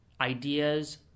ideas